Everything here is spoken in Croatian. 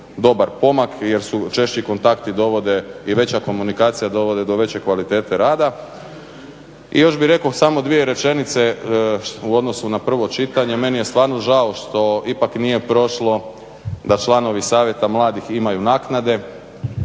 dobar pomak jer su češći kontakti dovode i veća komunikacija dovode do veće kvalitete rada. I još bi rekao samo dvije rečenice u odnosu na prvo čitanje. Meni je stvarno žao što ipak nije prošlo da članovi savjeta mladih imaju naknade,